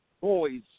boys